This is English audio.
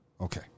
Okay